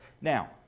Now